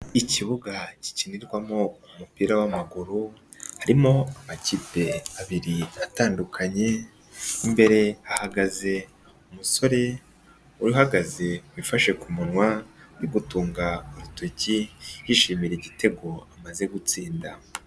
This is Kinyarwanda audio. Ikibuga gikinirwamo umupira w'amaguru, harimo amakipe abiri atandukanye, imbere hahagaze umusore, uhagaze wifashe ku munwa, uri gutunga urutoki, yishimira igitego amaze gutsinda.